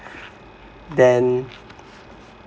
then